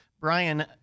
Brian